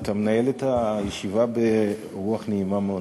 אתה מנהל את הישיבה ברוח נעימה מאוד,